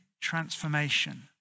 transformation